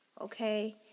Okay